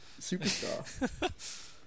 superstar